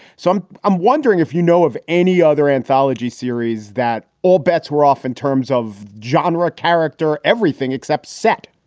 so i'm i'm wondering if you know of any other anthology series that all bets were off in terms of genre, character, everything except set?